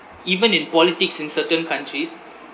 even in politics in certain countries